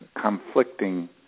conflicting